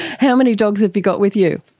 how many dogs have you got with you?